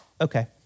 okay